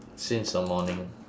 since the morning